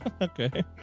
Okay